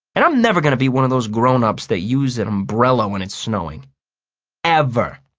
and i'm never going to be one of those grown-ups that use an umbrella when it's snowing ever.